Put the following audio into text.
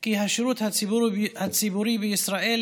כי השירות הציבורי בישראל,